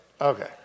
Okay